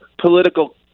political